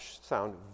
sound